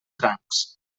francs